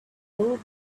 good